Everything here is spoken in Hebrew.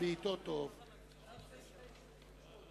סעיפים 3 8, כהצעת הוועדה ועם